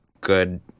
good